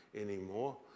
anymore